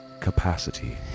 capacity